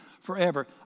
forever